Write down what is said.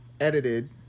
edited